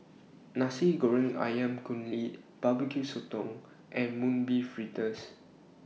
Nasi Goreng Ayam Kunyit Barbecue Sotong and Mung Bean Fritters